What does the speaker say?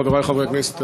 חברי חברי הכנסת,